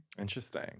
interesting